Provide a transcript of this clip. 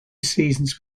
seasons